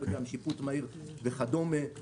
שיפוט מהיר וכדומה.